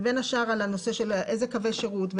ובין השאר על הנושא של אילו קווי שירות,